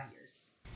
years